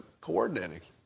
coordinating